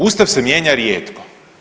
Ustav se mijenja rijetko.